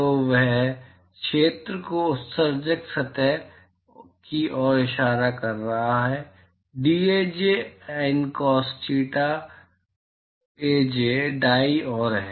तो वह क्षेत्र जो उत्सर्जक सतह की ओर इशारा कर रहा है dAj in cos thetaj दायीं ओर है